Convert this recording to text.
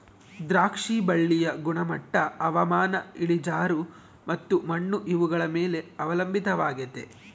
ದ್ರಾಕ್ಷಿ ಬಳ್ಳಿಯ ಗುಣಮಟ್ಟ ಹವಾಮಾನ, ಇಳಿಜಾರು ಮತ್ತು ಮಣ್ಣು ಇವುಗಳ ಮೇಲೆ ಅವಲಂಬಿತವಾಗೆತೆ